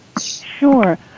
Sure